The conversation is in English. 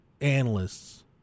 analysts